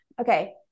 okay